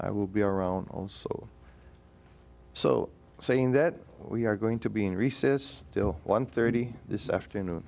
i will be around also so saying that we are going to be in recess until one thirty this afternoon